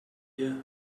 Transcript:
gier